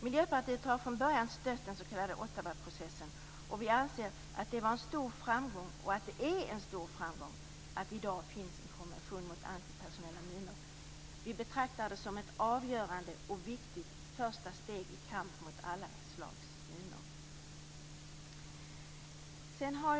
Miljöpartiet har från början stött den s.k. Ottawaprocessen och anser att det var och är en stor framgång att det i dag finns en konvention mot antipersonella minor. Vi betraktar det som ett avgörande och viktigt första steg i kampen mot alla slags minor.